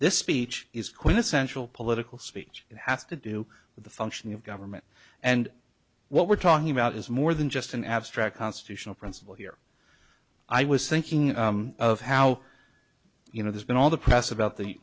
this speech is quintessential political speech it has to do with the function of government and what we're talking about is more than just an abstract constitutional principle here i was thinking of how you know there's been all the press about the